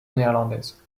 néerlandaise